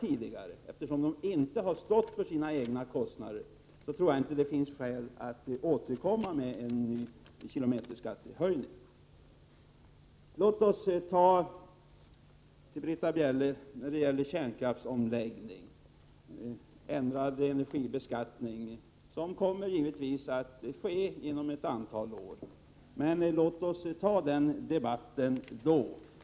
Tidigare har de inte stått för sina egna kostnader. Därför tror jag inte att det finns skäl att återkomma och föreslå en höjning av kilometerskatten. Britta Bjelle talade om kärnkraftsavvecklingen och ändrad energibeskattning i samband med den. Detta kommer naturligtvis att ske inom några år. Men låt oss föra den debatten då.